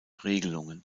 regelungen